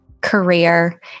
career